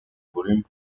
volume